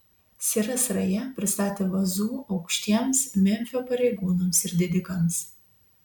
siras raja pristatė vazų aukštiems memfio pareigūnams ir didikams